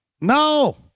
No